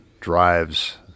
drives